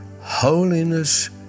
holiness